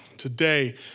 today